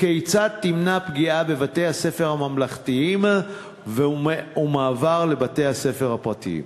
5. כיצד תמנע פגיעה בבתי-הספר הממלכתיים ומעבר לבתי-הספר הפרטיים?